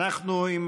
אנחנו עם